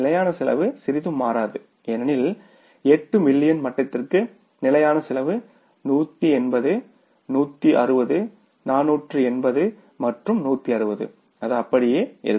நிலையான செலவு சிறிதும் மாறாது ஏனெனில் 8 மில்லியன் மட்டத்திற்கு நிலையான செலவு 180 160 480 மற்றும் 160 அது அப்படியே இருக்கும்